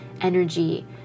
energy